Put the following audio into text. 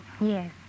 Yes